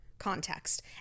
context